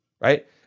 right